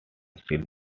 steel